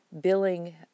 billing